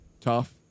tough